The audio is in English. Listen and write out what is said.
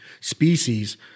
species